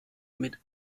mit